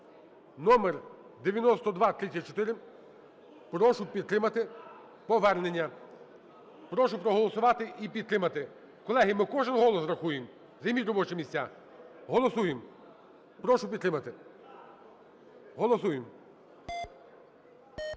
(номер 9234). Прошу підтримати повернення. Прошу проголосувати і підтримати. Колеги, ми кожен голос рахуємо. Займіть робочі місця. Голосуємо. Прошу підтримати. Голосуємо.